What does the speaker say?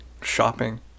shopping